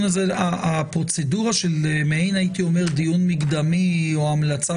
הפרוצדורה של מעין דיון מקדמי או המלצה